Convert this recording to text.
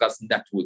network